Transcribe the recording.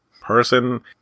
person